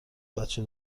بچه